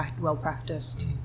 well-practiced